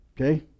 Okay